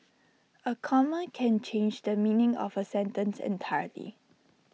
A comma can change the meaning of A sentence entirely